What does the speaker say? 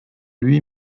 lui